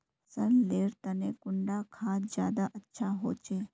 फसल लेर तने कुंडा खाद ज्यादा अच्छा होचे?